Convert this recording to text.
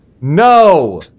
No